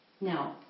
Now